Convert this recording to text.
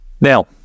Now